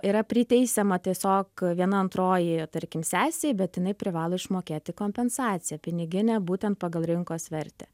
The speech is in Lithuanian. yra priteisiama tiesiog viena antroji tarkim sesei bet jinai privalo išmokėti kompensaciją piniginę būtent pagal rinkos vertę